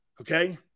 Okay